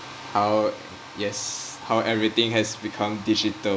I'd yes how everything has become digital